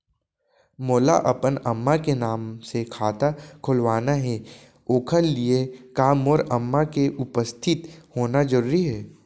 मोला अपन अम्मा के नाम से खाता खोलवाना हे ओखर लिए का मोर अम्मा के उपस्थित होना जरूरी हे?